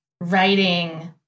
writing